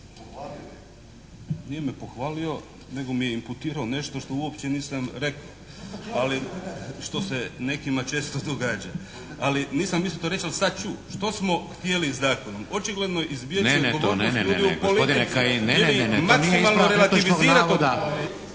Nije me pohvalio nego mi je imputirao nešto što uopće nisam rekao, što se nekima često događa. Nisam mislio to reći ali sad ću. Što smo htjeli zakonom? Očigledno izbjeći …/Govornik se ne razumije./